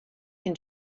can